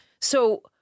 So-